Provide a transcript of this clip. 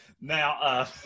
Now